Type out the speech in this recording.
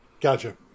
gotcha